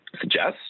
suggests